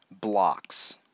blocks